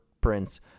Prince